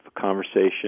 conversation